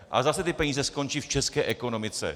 Ale zase ty peníze skončí v české ekonomice.